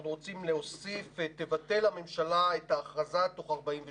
אנחנו רוצים להוסיף: תבטל את הממשלה את ההכרזה תוך 48 שעות.